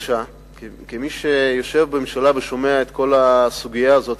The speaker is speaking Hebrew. כמי שיושב בממשלה ושומע את כל הסוגיה הזאת,